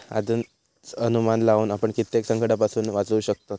आधीच अनुमान लावुन आपण कित्येक संकंटांपासून वाचू शकतव